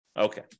Okay